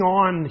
on